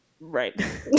right